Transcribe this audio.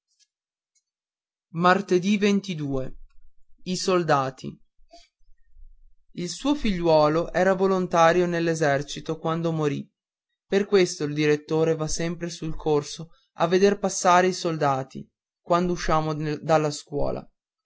e disse rimango i soldati dì l suo figliuolo era volontario nell'esercito quando morì per questo il direttore va sempre sul corso a veder passare i soldati quando usciamo dalla scuola